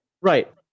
Right